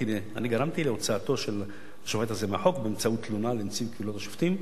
אני גרמתי להוצאתו של השופט הזה באמצעות תלונה לנציב קבילות על שופטים,